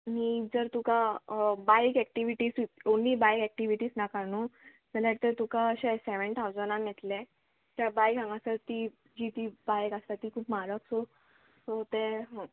आनी जर तुका bike activities only bike activities नाका न्हू जाल्यार तर तुका अशें सेवेन थावजंडान येतलें त्या बायक हांगासर ती जी ती बायक आसा ती खूब म्हारग सो सो ते